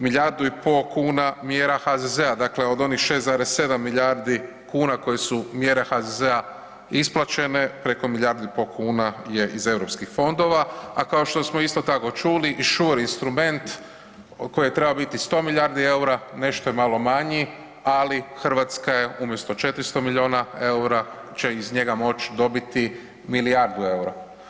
Milijardu i pol kuna mjera HZZ-a, dakle od onih 6,7 milijardi kuna koje su mjere HZZ-a isplaćene, preko milijardu i pol kuna je iz europskih fondova a kao što smo isto tako čuli i SURE instrument koji je trebao biti 100 milijardi eura, nešto je malo manji ali Hrvatska je umjesto 400 milijuna eura će iz njega moć dobiti milijardu eura.